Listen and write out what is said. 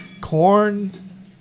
corn